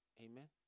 Amen